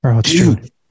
dude